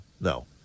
no